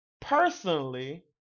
personally